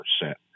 percent